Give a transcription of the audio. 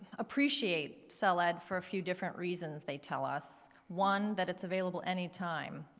appreciate cell-ed for a few different reasons they tell us. one, that it's available any time,